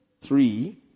Three